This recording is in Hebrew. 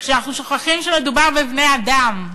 כשאנחנו שוכחים שמדובר בבני-אדם.